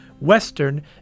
Western